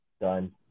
Done